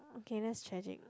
okay that's tragic